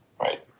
right